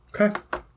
Okay